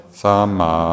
sama